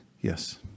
Yes